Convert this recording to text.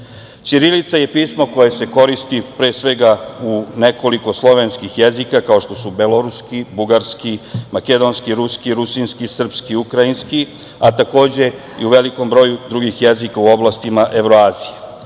govoru. Ćirilica je pismo koje se koristi pre svega u nekoliko slovenskih jezika, kao što su beloruski, bugarski, makedonski, ruski, rusinski, srpski i ukrajinski, a takođe i u velikom broju drugih jezika u oblastima evroazije.